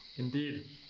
indeed